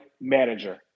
manager